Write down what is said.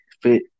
fit